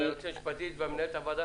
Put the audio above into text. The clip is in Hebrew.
היועצת המשפטית של הוועדה ומנהלת הוועדה